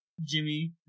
Jimmy